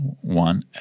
one